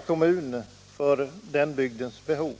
kommunens behov.